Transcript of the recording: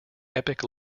epic